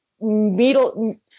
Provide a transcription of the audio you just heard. middle